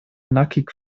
nackig